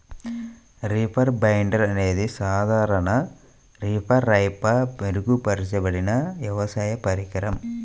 reaper binder అనేది సాధారణ రీపర్పై మెరుగుపరచబడిన వ్యవసాయ పరికరం